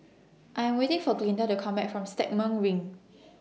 I Am waiting For Glinda to Come Back from Stagmont Ring